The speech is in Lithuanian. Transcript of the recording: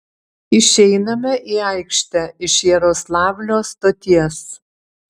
išeiname į aikštę iš jaroslavlio stoties